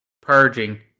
purging